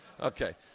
Okay